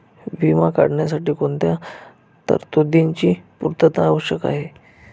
विमा काढण्यासाठी कोणत्या तरतूदींची पूर्णता आवश्यक आहे?